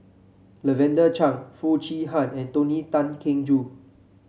Lavender Chang Foo Chee Han and Tony Tan Keng Joo